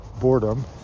boredom